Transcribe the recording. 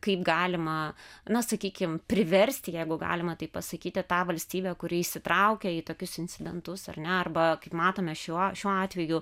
kaip galima na sakykim priversti jeigu galima taip pasakyti tą valstybę kuri įsitraukia į tokius incidentus ar ne arba kaip matome šiuo šiuo atveju